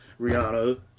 Rihanna